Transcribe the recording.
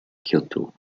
kyoto